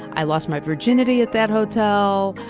i lost my virginity at that hotel.